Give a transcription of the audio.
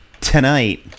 tonight